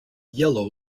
yellow